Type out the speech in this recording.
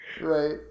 Right